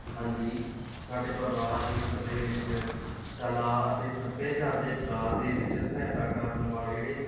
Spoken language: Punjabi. ਹਾਂਜੀ ਸਾਡੇ ਬਰਨਾਲਾ ਖੇਤਰ ਦੇ ਵਿੱਚ ਕਲਾ ਅਤੇ ਸੱਭਿਆਚਾਰ ਦੇ ਵਿਕਾਸ ਦੇ ਵਿੱਚ ਸਹਾਇਤਾ ਕਰਨ ਵਾਲੇ ਜਿਹੜੇ